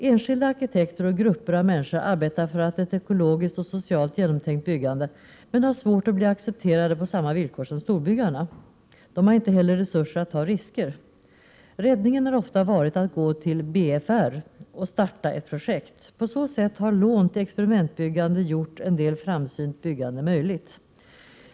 Enskilda arkitekter och grupper av människor arbetar för ett ekologiskt och socialt genomtänkt byggande men har svårt att bli accepterade på samma villkor som storbyggarna. De har inte heller resurser att ta risker. Räddningen har ofta varit att gå till BFR och starta ett projekt. På så sätt har lån till experimentbyggande gjort en del framsynt byggande möjligt.